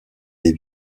des